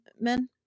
men